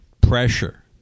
pressure